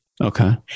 Okay